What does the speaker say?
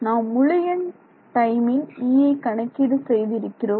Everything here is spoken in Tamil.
நாம் முழு எண் டைமில் Eஐ கணக்கீடு செய்து இருக்கிறோம்